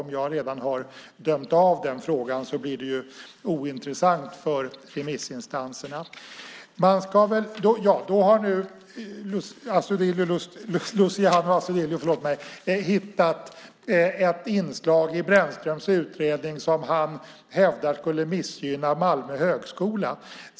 Om jag redan har dömt av den frågan blir det ointressant för remissinstanserna. Luciano Astudillo har hittat ett inslag i Brännströms utredning som han hävdar skulle missgynna Malmö högskola.